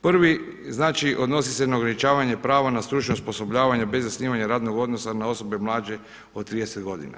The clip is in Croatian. Prvi, znači odnosi se na ograničavanje prava na stručno osposobljavanje bez zasnivanja radnog odnosa na osobe mlađe od 30 godina.